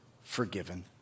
forgiven